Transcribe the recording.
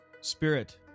spirit